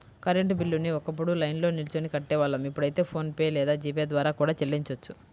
current బిల్లుని ఒకప్పుడు లైన్లో నిల్చొని కట్టేవాళ్ళం ఇప్పుడైతే ఫోన్ పే లేదా జీ పే ద్వారా కూడా చెల్లించొచ్చు